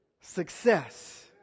success